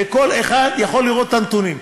וכל אחד יכול לראות את הנתונים.